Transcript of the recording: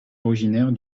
originaire